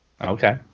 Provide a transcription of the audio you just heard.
Okay